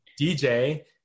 DJ